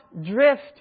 drift